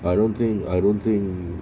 I don't think I don't think